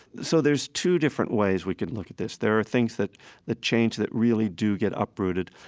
so there's two different ways we can look at this. there are things that that change, that really do get uprooted,